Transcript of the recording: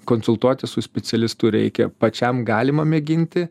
konsultuotis su specialistu reikia pačiam galima mėginti